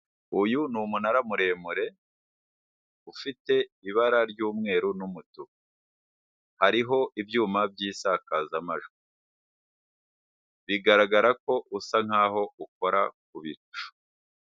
Uyu ni umunara muremure ufite ibara ry'umweru n'umutuku, hariho ibyuma by'isakazamajwi, bigaragara ko usa nkaho ukora ku bicu.